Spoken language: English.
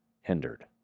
hindered